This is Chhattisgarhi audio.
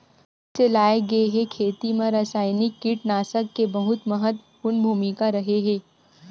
जब से लाए गए हे, खेती मा रासायनिक कीटनाशक के बहुत महत्वपूर्ण भूमिका रहे हे